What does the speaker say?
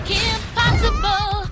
impossible